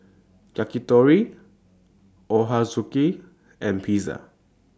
Yakitori Ochazuke and Pizza